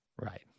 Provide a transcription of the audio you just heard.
Right